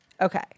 Okay